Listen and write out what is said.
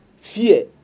fear